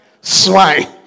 Swine